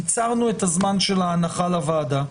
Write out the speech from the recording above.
קיצרנו את הזמן של ההנחה לוועדה.